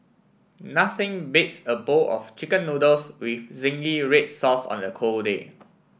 nothing beats a bowl of chicken noodles with zingy red sauce on a cold day